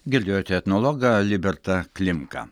girdėjote etnologą libertą klimką